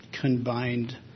combined